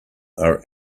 are